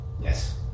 Yes